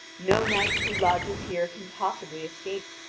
no knight who lodges here can possibly escape.